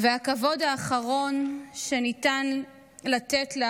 והכבוד האחרון שניתן לתת לה